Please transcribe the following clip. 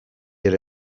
ere